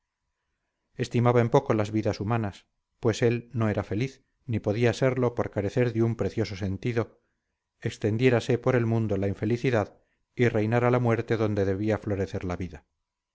estimaba en poco las vidas humanas y pues él no era feliz ni podía serlo por carecer de un precioso sentido extendiérase por el mundo la infelicidad y reinara la muerte donde debía florecer la vida